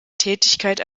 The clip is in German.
tätigkeit